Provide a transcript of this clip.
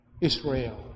Israel